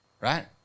right